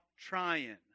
trying